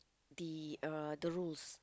the uh the rules